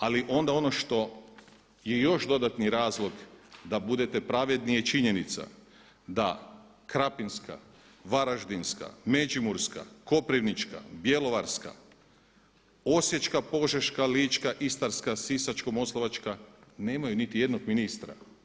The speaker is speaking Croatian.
Ali onda ono što je još dodatni razlog da budete pravedni je činjenica da Krapinska, Varaždinska, Međimurska, Koprivnička, Bjelovarska, Osječka, Požeška, Lička, Istarska, Sisačko-moslavačka nemaju nitijednog ministra.